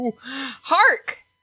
hark